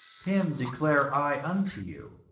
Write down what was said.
him declare i unto you.